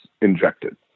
injected